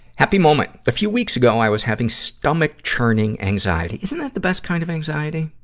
happy moment a few weeks ago, i was having stomach-churning anxiety isn't that the best kind of anxiety,